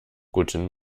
guten